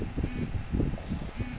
আমার নতুন phone number কিভাবে দিবো?